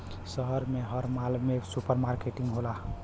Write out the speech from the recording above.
शहर में हर माल में सुपर मार्किट होला